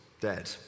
dead